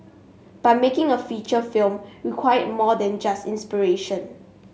but making a feature film required more than just inspiration